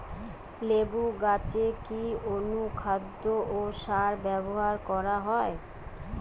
লেবু গাছে কি অনুখাদ্য ও সার ব্যবহার করা হয়?